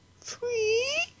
free